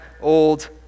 old